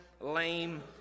lame